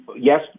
Yes